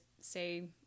say